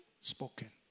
spoken